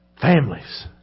Families